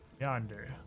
Yonder